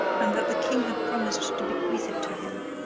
and that the king had promised to bequeath it to him.